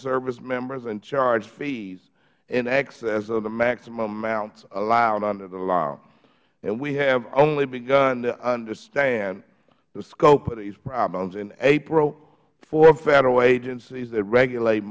service members and charged fees in excess of the maximum amounts allowed under the law and we have only begun to understand the scope of these problems in april four federal agencies that regulate